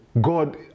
God